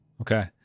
Okay